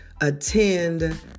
attend